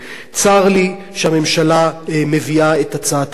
צר לי שהממשלה מביאה את הצעת החוק הזאת.